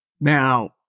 Now